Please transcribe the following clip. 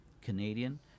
canadian